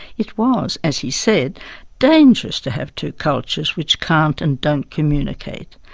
it was, as he said dangerous to have two cultures which can't and don't communicate.